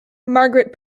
margaret